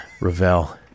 Ravel